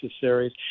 series